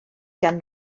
gan